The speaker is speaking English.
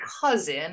cousin